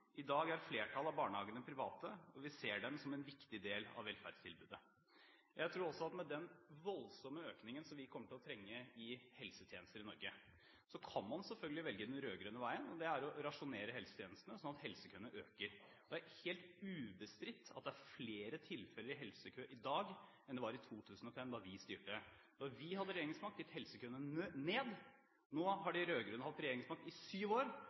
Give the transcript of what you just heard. I dag er flertallet av barnehagene private, og vi ser dem som en viktig del av velferdstilbudet.» Jeg tror også at med den voldsomme økningen som vi kommer til å trenge i helsetjenester i Norge, kan man selvfølgelig velge den rød-grønne veien, og det er å rasjonere helsetjenestene slik at helsekøene øker. Det er helt ubestridt at det er flere i helsekø i dag enn det var i 2005, da vi styrte. Da vi hadde regjeringsmakt, gikk helsekøene ned. Nå har de rød-grønne hatt regjeringsmakt i syv år,